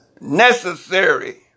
necessary